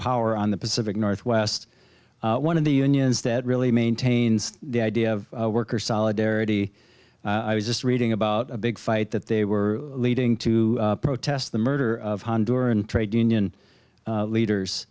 power on the pacific northwest one of the unions that really maintains the idea of worker solidarity i was just reading about a big fight that they were leading to protest the murder of honduran trade union leaders